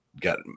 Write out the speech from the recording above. got